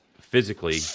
physically